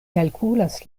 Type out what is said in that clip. kalkulas